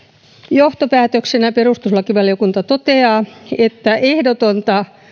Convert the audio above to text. johtopäätöksenä perustuslakivaliokunta toteaa että ehdotonta